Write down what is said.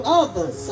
others